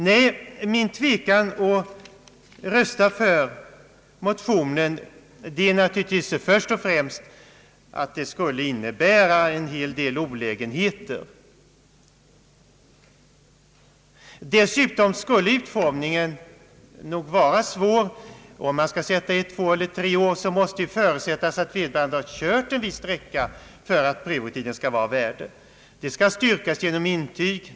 Nej, anledningen till min tvekan att rösta för motionen är först och främst att det förslaget skulle innebära en hel del olägenheter. Dessutom skulle utformningen nog bli svår. Om man skall föreskriva en tid av ett, två eller tre år, måste det förutsättas att vederbörande har kört en viss sträcka för att prövotiden skall vara av värde. Det skall styrkas genom intyg.